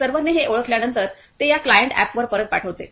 सर्व्हरने हे ओळखल्यानंतर ते या क्लायंट अॅपवर परत पाठवते